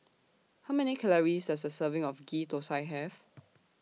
How Many Calories Does A Serving of Ghee Thosai Have